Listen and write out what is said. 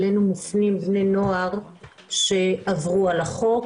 אלינו מופנים בני נוער שעברו על החוק.